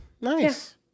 Nice